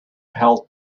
helped